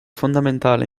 fondamentale